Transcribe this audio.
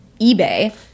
eBay